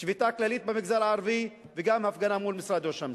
תהיה שביתה כללית במגזר הערבי וגם הפגנה מול משרד ראש הממשלה.